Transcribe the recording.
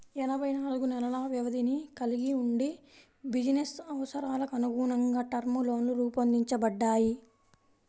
ఎనభై నాలుగు నెలల వ్యవధిని కలిగి వుండి బిజినెస్ అవసరాలకనుగుణంగా టర్మ్ లోన్లు రూపొందించబడ్డాయి